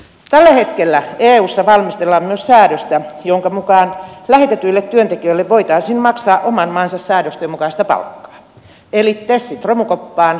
tällä hetkellä eussa valmistellaan myös säädöstä jonka mukaan lähetetyille työntekijöille voitaisiin maksaa heidän oman maansa säädösten mukaista palkkaa eli tesit romukoppaan